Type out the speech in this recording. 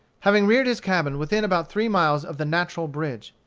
having reared his cabin within about three miles of the natural bridge.